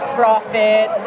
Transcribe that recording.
profit